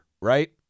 right